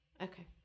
Okay